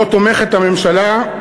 שבו תומכת הממשלה.